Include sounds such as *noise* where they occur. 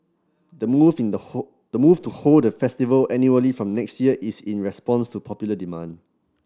the move in the *unintelligible* the move to hold the festival annually from next year is in response to popular demand